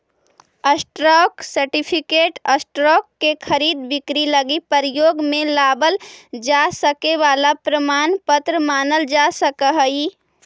stock certificate stock के खरीद बिक्री लगी प्रयोग में लावल जा सके वाला प्रमाण पत्र मानल जा सकऽ हइ